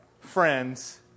friends